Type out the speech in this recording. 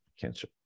cancer